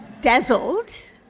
dazzled